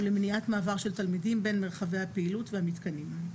ולמניעת מעבר של תלמידים בין מרחבי הפעילות והמיתקנים.